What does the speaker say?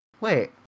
Wait